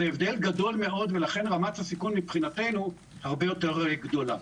זה הבדל גדול מאוד ולכן רמת הסיכון מבחינתנו הרבה יותר גדולה.